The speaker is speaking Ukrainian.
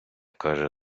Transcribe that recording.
каже